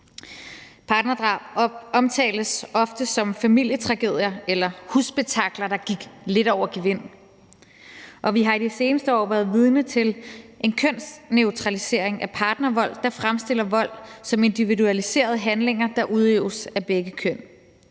Partnerdrab omtales ofte som familietragedier eller husspektakler, der gik lidt over gevind, og vi har i de seneste år været vidne til en kønsneutralisering af partnervold, der fremstiller vold som individualiserede handlinger, der udøves af begge køn.